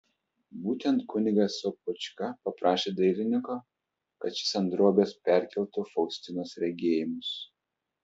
būtent kunigas sopočka paprašė dailininko kad šis ant drobės perkeltų faustinos regėjimus